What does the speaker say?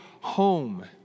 home